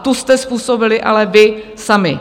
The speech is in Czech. Tu jste způsobili ale vy sami!